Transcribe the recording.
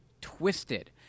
twisted